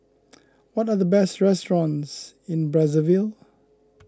what are the best restaurants in Brazzaville